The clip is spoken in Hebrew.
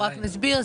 רק נסביר,